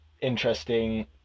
interesting